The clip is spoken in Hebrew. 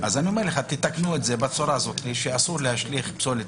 תתקנו את זה בצורה שאומרת שאסור להשליך פסולת